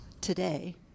Today